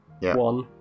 one